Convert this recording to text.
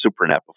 SuperNet